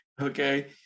okay